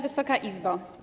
Wysoka Izbo!